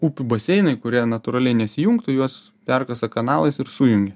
upių baseinai kurie natūraliai nesijungtų juos perkasa kanalais ir sujungia